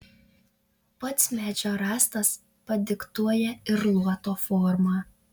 pats medžio rąstas padiktuoja ir luoto formą